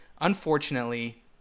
unfortunately